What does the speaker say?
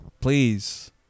please